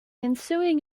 ensuing